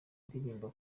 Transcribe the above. ndirimbo